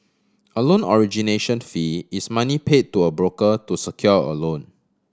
a loan origination fee is money pay to a broker to secure a loan